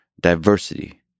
diversity